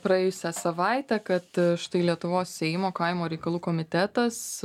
praėjusią savaitę kad štai lietuvos seimo kaimo reikalų komitetas